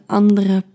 andere